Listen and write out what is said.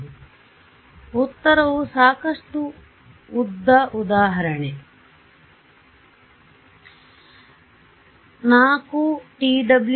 ಆದ್ದರಿಂದ ಉತ್ತರವು ಸಾಕಷ್ಟು ಉದ್ದ ಉದಾಹರಣೆ 4tw × 2